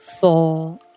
four